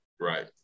Right